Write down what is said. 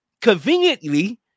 conveniently